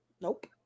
Nope